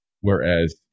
whereas